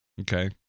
Okay